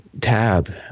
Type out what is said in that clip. tab